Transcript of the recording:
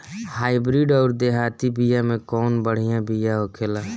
Hybrid अउर देहाती बिया मे कउन बढ़िया बिया होखेला?